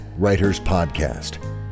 writerspodcast